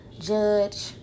judge